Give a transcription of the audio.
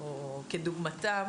או כדוגמתם,